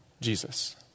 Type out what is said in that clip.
Jesus